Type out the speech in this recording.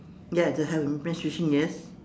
ya they have a man fishing yes